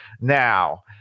Now